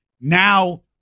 Now